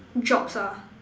jobs ah